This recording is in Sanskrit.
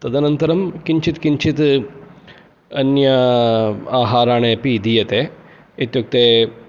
तदनन्तरं किञ्चित् किञ्चित् अन्य आहाराणि अपि दीयते इत्युक्ते